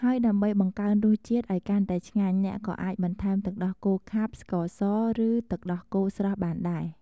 ហើយដើម្បីបង្កើនរសជាតិឱ្យកាន់តែឆ្ងាញ់ អ្នកក៏អាចបន្ថែមទឹកដោះគោខាប់ ស្ករស ឬទឹកដោះគោស្រស់បានដែរ។